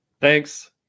Thanks